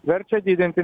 verčia didinti